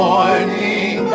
Morning